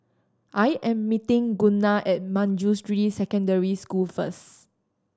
I am meeting Gunnar at Manjusri Secondary School first